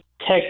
tech